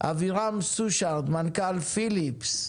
אבירם סושרד מנכ"ל "פיליפס",